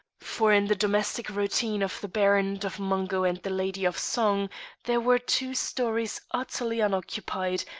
for in the domestic routine of the baron and of mungo and the lady of song there were two storeys utterly unoccupied,